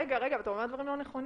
רגע, רגע, אתה אומר דברים לא נכונים.